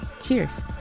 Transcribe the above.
Cheers